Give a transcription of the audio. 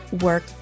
work